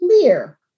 clear